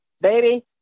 baby